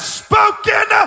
spoken